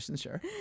sure